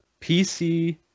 PC